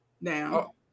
now